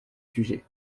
sujet